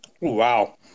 Wow